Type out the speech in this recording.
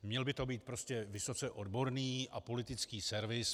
Měl by to být prostě vysoce odborný a politický servis.